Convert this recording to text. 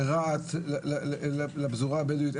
ברהט לפזורה הבדואית,